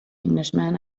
englishman